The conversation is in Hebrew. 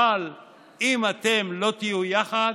אבל אם אתם לא תהיו יחד,